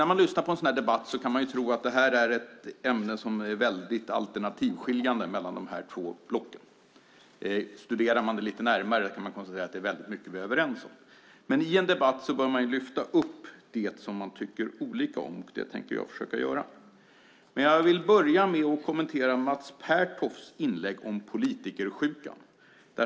När man lyssnar på en sådan här debatt kan man tro att ämnet är mycket alternativskiljande mellan de båda blocken. Men studerar man det lite närmare kan man konstatera att det är väldigt mycket som vi är överens om. I en debatt bör man lyfta fram det som man tycker olika om, och det tänker jag försöka göra. Jag börjar med att kommentera Mats Pertofts inlägg om politikersjukan.